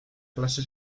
clase